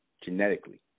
genetically